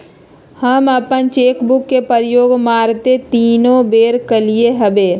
हम अप्पन cheque book के प्रयोग मातरे तीने बेर कलियइ हबे